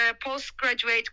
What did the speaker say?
postgraduate